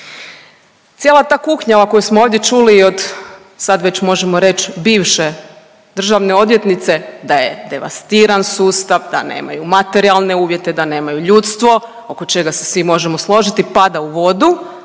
Cijela ta kuknjava koju smo ovdje čuli i od, sad već možemo reći bivše državne odvjetnice da je devastiran sustav, da nemaju materijalne uvjete, da nemaju ljudstvo oko čega se svi možemo složiti pada u vodu